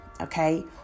okay